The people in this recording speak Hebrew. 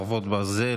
חרבות ברזל),